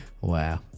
wow